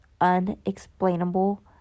unexplainable